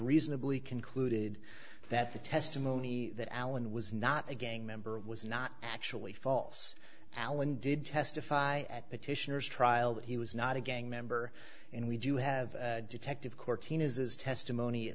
reasonably concluded that the testimony that allen was not a gang member was not actually false allen did testify at petitioners trial that he was not a gang member and we do have detective cortinas his testimony